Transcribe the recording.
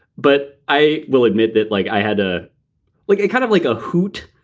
but i will admit it. like i had ah like a kind of like a hoot,